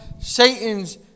Satan's